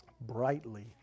brightly